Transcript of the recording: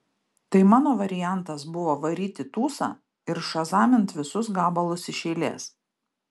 tai mano variantas buvo varyt į tūsą ir šazamint visus gabalus iš eilės